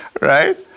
Right